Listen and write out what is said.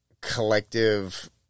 collective